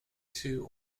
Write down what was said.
two